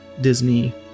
Disney